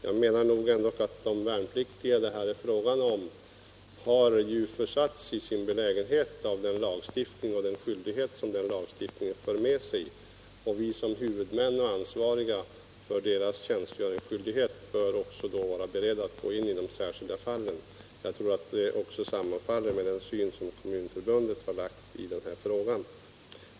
Jag menar att de värnpliktiga som det är fråga om har försatts i sin belägenhet av den skyldighet som lagstiftningen ålägger dem. Vi som huvudmän och ansvariga för deras tjänstgöringsskyldighet bör också vara beredda att gå in i de särskilda fallen. Jag tror att denna syn sammanfaller med Kommunförbundets inställning i den här frågan.